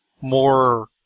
more